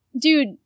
dude